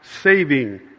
saving